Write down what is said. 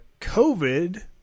COVID